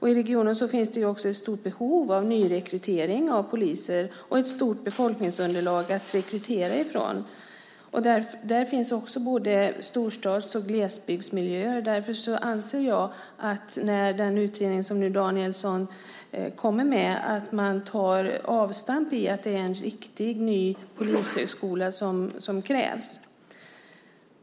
I regionen finns ett stort behov av nyrekrytering av poliser och ett stort befolkningsunderlag att rekrytera från. Där finns också både storstads och glesbygdsmiljöer. Därför anser jag att den utredning som Danielsson kommer med ska ta avstamp i att det är en riktig ny polishögskola som krävs.